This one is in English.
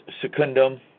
Secundum